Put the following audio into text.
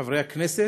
חברי הכנסת,